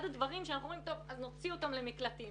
אחד הדברים שאנחנו אומרים שנוציא אותם למקלטים,